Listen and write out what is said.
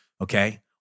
okay